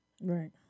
Right